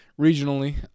regionally